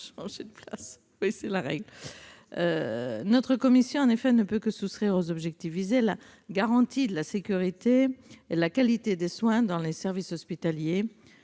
Notre commission ne peut que souscrire aux objectifs visés : la garantie de la sécurité et de la qualité des soins dans les services hospitaliers,